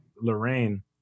Lorraine